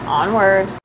onward